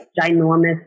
ginormous